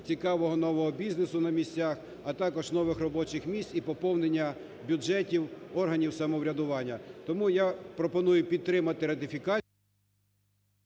цікавого нового бізнесу на місцях, а також нових робочих місць і поповнення бюджетів органів самоврядування. Тому я пропоную підтримати ратифікацію…